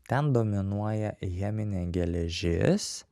ten dominuoja cheminė geležis